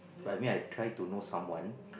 but I mean I've tried to know someone